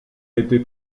été